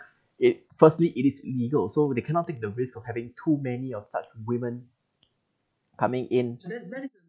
it firstly it is legal so they cannot take the risk of having too many of such women coming in